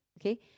okay